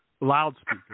loudspeaker